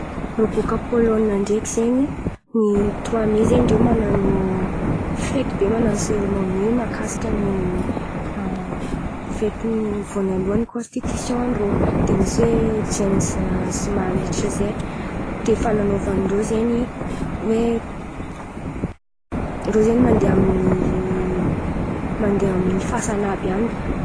Rô bôka Pôlônina ndraiky zen̈y, ny toroa me zen̈y ndreo manan̈o fety be manan̈o seremônia mahakasika ny a fetin’ny vônalohany kôstitision ndrô. De misy hoe jenza smarlitsa zey de fanan̈aovan-dreo zen̈y hoe reo zen̈y mandeha amin’ny mandeha amin’ny fasana àby an̈y.